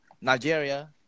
Nigeria